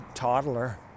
toddler